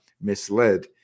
misled